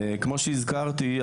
כמו שהזכרתי,